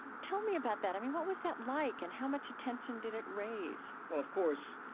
tell me about that. i mean, what was that like, and how much attention did it raise? well, of course,